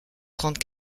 trente